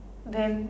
then